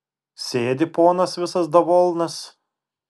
sėdi ponas visas davolnas